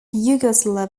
yugoslav